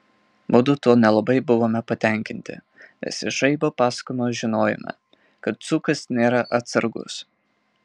mudu tuo nelabai buvome patenkinti nes iš žaibo pasakojimo žinojome kad dzūkas nėra atsargus